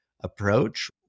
approach